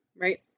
right